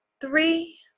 three